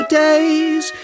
days